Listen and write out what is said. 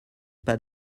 pas